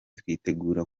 twitegura